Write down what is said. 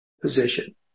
position